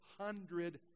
hundred